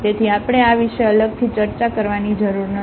તેથી આપણે આ વિશે અલગથી ચર્ચા કરવાની જરૂર નથી